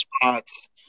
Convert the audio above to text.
spots